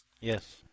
Yes